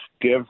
give